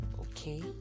okay